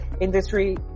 industry